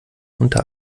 unter